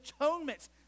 atonement